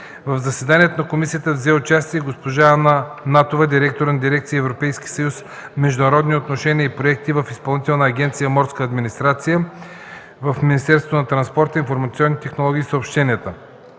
В заседанието на Комисията взе участие госпожа Анна Натова – директор на Дирекция „Европейски съюз, международни отношения и проекти” в Изпълнителна агенция „Морска администрация” в Министерството на транспорта, информационните технологии и съобщенията.